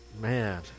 Man